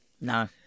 No